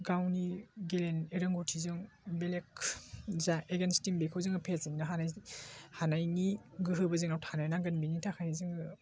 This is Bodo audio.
गावनि गेले रोंग'थिजों बेलेक जा एगेन्स टिम बेखौ जों फेजेननो हानाय हानायनि गोहोबो जोंनाव थानो नांगोन बेनि थाखायनो जोङो